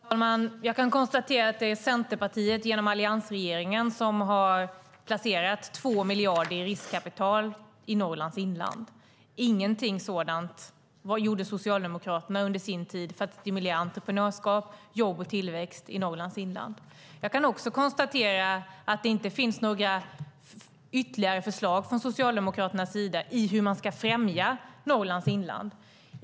Herr talman! Jag kan konstatera att det är Centerpartiet genom alliansregeringen som har placerat 2 miljarder i riskkapital i Norrlands inland. Socialdemokraterna gjorde ingenting sådant under sin tid för att stimulera entreprenörskap, jobb och tillväxt i Norrlands inland. Jag kan också konstatera att det inte finns några ytterligare förslag från Socialdemokraterna när det gäller hur man ska främja Norrlands inland.